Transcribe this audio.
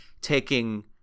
taking